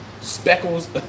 speckles